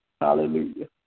Hallelujah